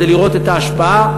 כדי לראות את ההשפעה.